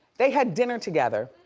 they had dinner together.